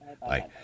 Bye